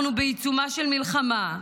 אנחנו בעיצומה של מלחמה,